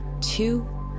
two